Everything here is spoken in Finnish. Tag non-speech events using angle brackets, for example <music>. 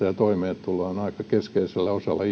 <unintelligible> ja aika keskeisellä osalla <unintelligible>